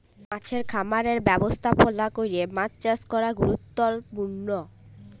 মাছের খামারের ব্যবস্থাপলা ক্যরে মাছ চাষ ক্যরা গুরুত্তপুর্ল